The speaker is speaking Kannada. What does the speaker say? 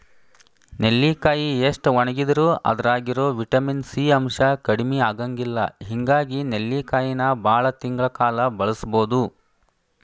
ನೆಲ್ಲಿಕಾಯಿ ಎಷ್ಟ ಒಣಗಿದರೂ ಅದ್ರಾಗಿರೋ ವಿಟಮಿನ್ ಸಿ ಅಂಶ ಕಡಿಮಿ ಆಗಂಗಿಲ್ಲ ಹಿಂಗಾಗಿ ನೆಲ್ಲಿಕಾಯಿನ ಬಾಳ ತಿಂಗಳ ಕಾಲ ಬಳಸಬೋದು